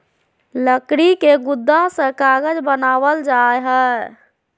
लकड़ी के गुदा से कागज बनावल जा हय